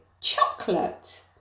chocolate